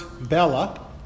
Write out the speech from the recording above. Bella